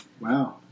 Wow